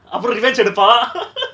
அப்ரோ:apro revenge எடுப்பா:edupa